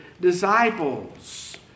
disciples